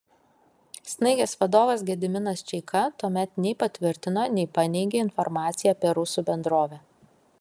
snaigės vadovas gediminas čeika tuomet nei patvirtino nei paneigė informaciją apie rusų bendrovę